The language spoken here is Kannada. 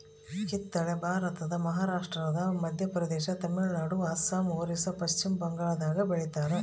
ಕಿತ್ತಳೆ ಭಾರತದ ಮಹಾರಾಷ್ಟ್ರ ಮಧ್ಯಪ್ರದೇಶ ತಮಿಳುನಾಡು ಅಸ್ಸಾಂ ಒರಿಸ್ಸಾ ಪಚ್ಚಿಮಬಂಗಾಳದಾಗ ಬೆಳಿತಾರ